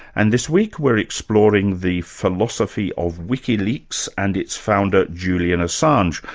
and this week we're exploring the philosophy of wikileaks and its founder, julian assange,